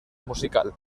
musical